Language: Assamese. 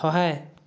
সহায়